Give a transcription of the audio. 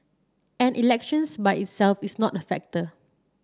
and elections by itself is not a factor